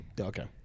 Okay